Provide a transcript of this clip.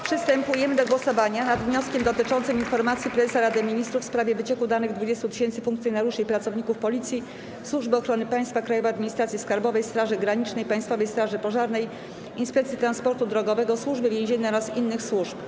Przystępujemy do głosowania nad wnioskiem dotyczącym informacji prezesa Rady Ministrów w sprawie wycieku danych 20 tysięcy funkcjonariuszy i pracowników Policji, Służby Ochrony Państwa, Krajowej Administracji Skarbowej, Straży Granicznej, Państwowej Straży Pożarnej, Inspekcji Transportu Drogowego, Służby Więziennej oraz innych służb.